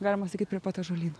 galima sakyt prie pat ąžuolyno